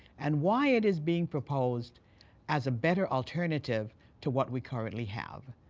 and why it is being proposed as a better alternative to what we currently have.